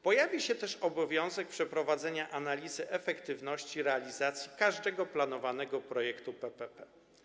Pojawi się też obowiązek przeprowadzenia analizy efektywności realizacji każdego planowanego projektu PPP.